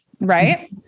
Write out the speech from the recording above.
Right